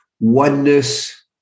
oneness